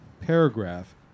paragraph